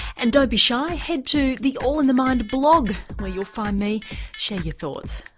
and don't be shy, head to the all in the mind blog, where you'll find me share your thoughts.